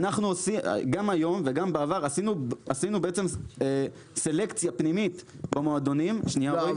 גם היום וגם בעבר עשינו בעצם סלקציה פנימית במועדונים --- לא,